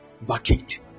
vacate